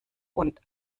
und